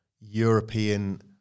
European